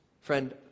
Friend